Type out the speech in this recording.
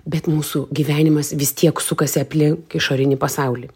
bet mūsų gyvenimas vis tiek sukasi aplink išorinį pasaulį